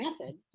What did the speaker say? method